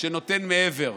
שנותן מעבר.